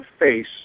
face